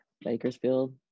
Bakersfield